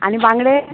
आनी बांगडे